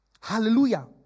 Hallelujah